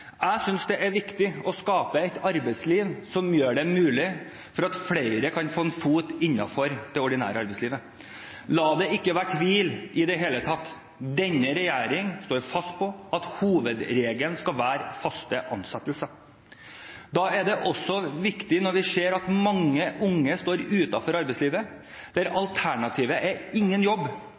Jeg synes det er viktig å skape et arbeidsliv som gjør det mulig at flere kan få en fot innenfor det ordinære arbeidslivet. La det ikke være noen tvil: Denne regjeringen står fast på at hovedregelen skal være faste ansettelser. Da er det også viktig, når vi ser at mange unge står utenfor arbeidslivet, der alternativet er ingen jobb,